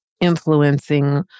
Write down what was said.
influencing